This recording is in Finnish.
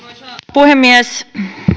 puhemies